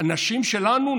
הנשים שלנו,